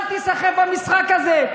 אל תיסחף למשחק הזה.